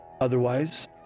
Otherwise